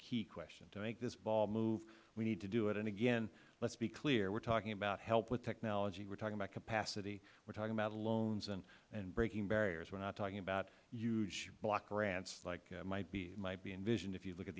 key question to make this ball move we need to do it and again let's be clear we are talking about help with technology we are talking about capacity we are talking about loans and breaking barriers we are not talking about huge block grants like might be envisioned if you look at